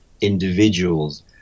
individuals